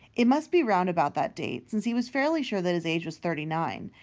it must be round about that date, since he was fairly sure that his age was thirty-nine,